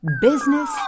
Business